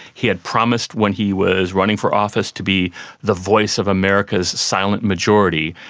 he had promised when he was running for office to be the voice of america's silent majority,